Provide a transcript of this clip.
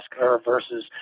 versus